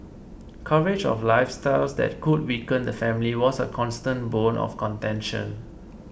coverage of lifestyles that could weaken the family was a constant bone of contention